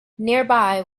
nearby